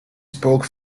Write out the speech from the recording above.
spoke